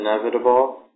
inevitable